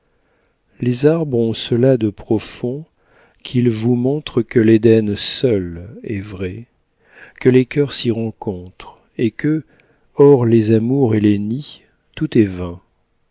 les arbres ont cela de profond qu'ils vous montrent que l'éden seul est vrai que les cœurs s'y rencontrent et que hors les amours et les nids tout est vain